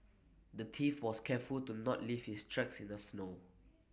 the thief was careful to not leave his tracks in the snow